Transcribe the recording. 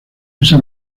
esa